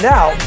Now